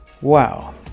Wow